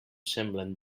semblen